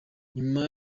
nyuma